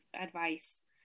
advice